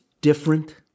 different